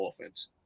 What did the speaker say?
offense